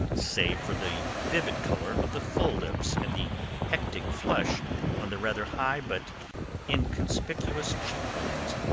save for the vivid colour of the full lips and the hectic flush on the rather high but inconspicuous cheek-bones.